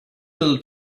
little